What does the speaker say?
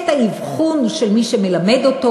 את האבחון של מי שמלמד אותו.